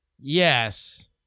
yes